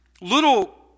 little